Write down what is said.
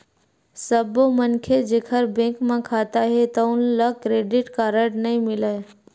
सब्बो मनखे जेखर बेंक म खाता हे तउन ल क्रेडिट कारड नइ मिलय